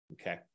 okay